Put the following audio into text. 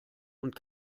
und